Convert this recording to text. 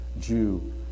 Jew